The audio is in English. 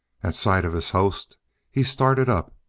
at sight of his host he started up.